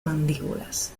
mandíbulas